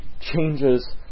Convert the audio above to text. changes